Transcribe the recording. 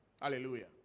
Hallelujah